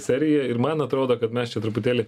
serija ir man atrodo kad mes čia truputėlį